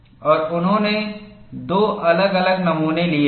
और उन्होंने दो अलग अलग नमूने लिए हैं